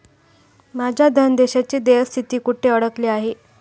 माझ्या धनादेशाची देय स्थिती कुठे अडकली आहे?